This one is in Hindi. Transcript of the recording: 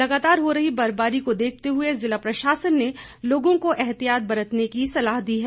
लगातार हो रही बर्फबारी को देखते हए जिला प्रशासन ने लोगों को एहतियात बरतने की सलाह दी है